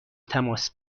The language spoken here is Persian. تماس